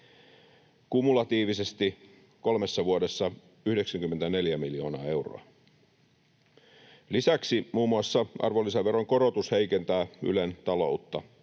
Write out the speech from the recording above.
kumulatiivisesti kolmessa vuodessa 94 miljoonaa euroa. Lisäksi muun muassa arvonlisäveron korotus heikentää Ylen taloutta.